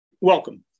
Welcome